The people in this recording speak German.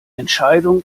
entscheidung